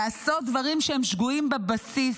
לעשות דברים שהם שגויים בבסיס,